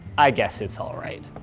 i guess it's all right.